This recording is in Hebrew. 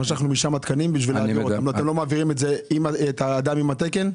משכנו משם תקנים ואתם לא מעבירים את האדם עם התקן?